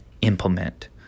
implement